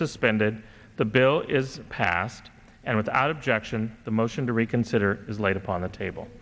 suspended the bill is passed and without objection the motion to reconsider is laid upon the table